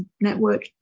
Network